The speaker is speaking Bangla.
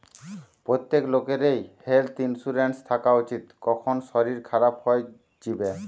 প্রত্যেক লোকেরই হেলথ ইন্সুরেন্স থাকা উচিত, কখন শরীর খারাপ হই যিবে